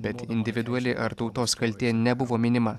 bet individuali ar tautos kaltė nebuvo minima